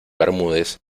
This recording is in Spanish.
bermúdez